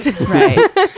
Right